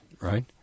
right